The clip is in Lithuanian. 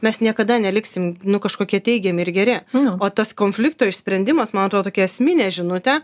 mes niekada neliksim nu kažkokie teigiami ir geri o tas konflikto išsprendimas man atrodo tokia esminė žinutė